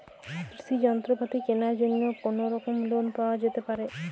কৃষিযন্ত্রপাতি কেনার জন্য কোনোরকম লোন পাওয়া যেতে পারে?